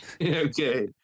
Okay